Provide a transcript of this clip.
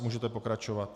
Můžete pokračovat.